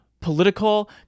Political